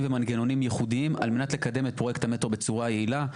ומנגנונים ייחודיים על מנת לקדם את פרויקט המטרו בצורה יעילה.